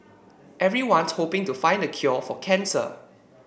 everyone's hoping to find the cure for cancer